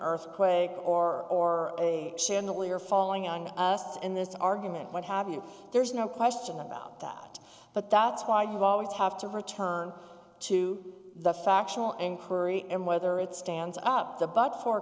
earthquake or or a chandelier falling on us and this argument what have you there's no question about that but that's why you always have to return to the factual and curry and whether it stands up the but for